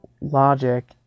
logic